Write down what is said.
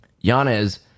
Yanez